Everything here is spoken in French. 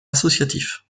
associatif